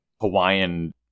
Hawaiian